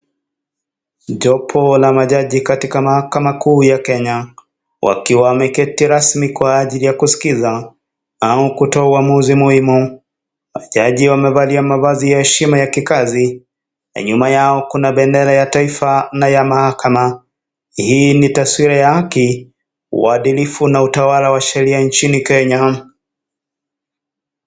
Jopo la majaji katika mahakama kuu ya Kenya wakiwa wameketi rasmi kwa ajili ya kuskiza au kutoa uamuzi muhimu. Jaji wamevalia mavazi ya heshima ya kikazi nyuma yao kuna bendera ya taifa na ya mahakama hii ni taswira ya haki, uadilifu na utawala wa sheria nchini Kenya.